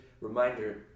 reminder